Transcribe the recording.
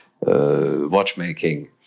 watchmaking